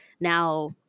now